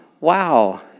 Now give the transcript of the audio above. wow